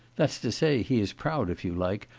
that's to say, he is proud if you like,